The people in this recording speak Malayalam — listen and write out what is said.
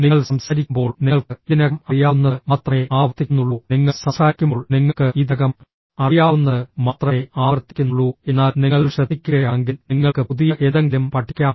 നിങ്ങൾ സംസാരിക്കുമ്പോൾ നിങ്ങൾക്ക് ഇതിനകം അറിയാവുന്നത് മാത്രമേ ആവർത്തിക്കുന്നുള്ളൂ നിങ്ങൾ സംസാരിക്കുമ്പോൾ നിങ്ങൾക്ക് ഇതിനകം അറിയാവുന്നത് മാത്രമേ ആവർത്തിക്കുന്നുള്ളൂ എന്നാൽ നിങ്ങൾ ശ്രദ്ധിക്കുകയാണെങ്കിൽ നിങ്ങൾക്ക് പുതിയ എന്തെങ്കിലും പഠിക്കാം